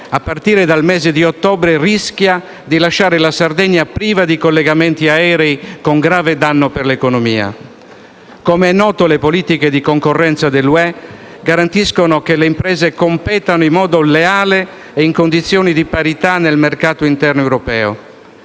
la continuità territoriale rischia di lasciare la Sardegna priva di collegamenti aerei a partire dal mese di ottobre, con grave danno per l'economia. Come è noto, le politiche di concorrenza dell'UE garantiscono che le imprese competano in modo leale e in condizioni di parità nel mercato interno europeo;